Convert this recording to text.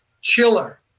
chiller